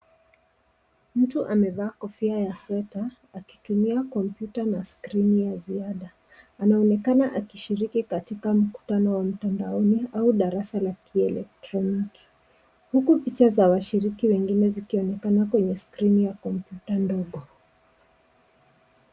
Mtu amevaa kofia ya sweta akitumia kompyuta na skrini ya ziada, anaonekana akishiriki katika mkutano wa mtandaoni au darasani la kielektroniki huku picha za washiriki wengine zikionekana kwenye skrini ya kompyuta ndogo.